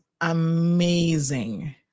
amazing